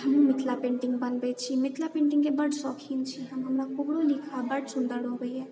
जे हमहुँ मिथिला पेंटिङ्ग बनबैत छी मिथिला पेंटिङ्गके बड शौकीन छी हम हमरा कोबरो लिखऽ बड सुंदर अबैए